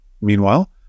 Meanwhile